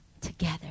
together